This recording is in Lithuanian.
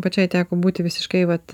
pačiai teko būti visiškai vat